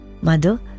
Mother